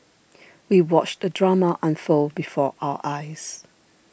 we watched the drama unfold before our eyes